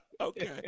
okay